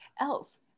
else